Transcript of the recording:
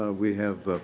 ah we have